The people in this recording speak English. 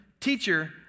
Teacher